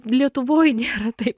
lietuvoj nėra taip